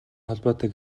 холбоотой